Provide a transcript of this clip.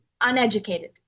uneducated